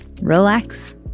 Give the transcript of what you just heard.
relax